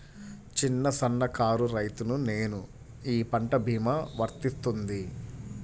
చిన్న సన్న కారు రైతును నేను ఈ పంట భీమా వర్తిస్తుంది?